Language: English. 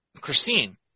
Christine